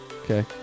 Okay